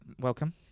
welcome